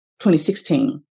2016